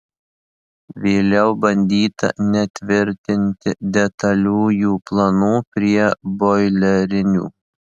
vėliau bandyta netvirtinti detaliųjų planų prie boilerinių